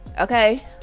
Okay